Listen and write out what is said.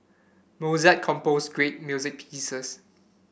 Mozart composed great music pieces